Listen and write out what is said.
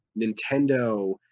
nintendo